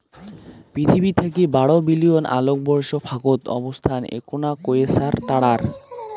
পিথীবি থাকি বারো বিলিয়ন আলোকবর্ষ ফাকত অবস্থান এ্যাকনা কোয়েসার তারার